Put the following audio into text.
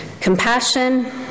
Compassion